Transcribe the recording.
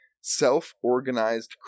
self-organized